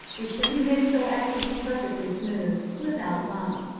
it should be mixed so as to be perfectly smooth, without lumps,